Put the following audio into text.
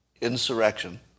insurrection